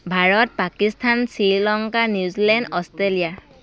Bharat Pakistan Sri Lanka New Zealand Australia